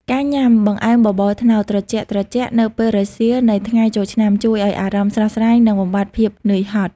ការញ៉ាំ "បង្អែមបបរត្នោត" ត្រជាក់ៗនៅពេលរសៀលនៃថ្ងៃចូលឆ្នាំ ជួយឱ្យអារម្មណ៍ស្រស់ស្រាយ និងបំបាត់ភាពហត់នឿយ។